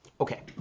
Okay